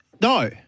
No